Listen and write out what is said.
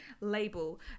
label